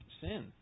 sin